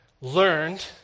learned